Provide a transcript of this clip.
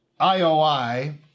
IOI